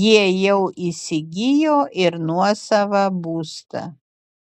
jie jau įsigijo ir nuosavą būstą